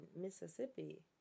Mississippi